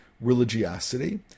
religiosity